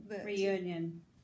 Reunion